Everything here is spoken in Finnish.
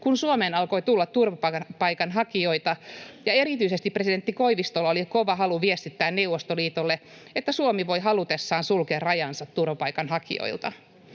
kun Suomeen alkoi tulla turvapaikanhakijoita ja erityisesti presidentti Koivistolla oli kova halu viestittää Neuvostoliitolle, että Suomi voi halutessaan sulkea rajansa turvapaikanhakijoilta.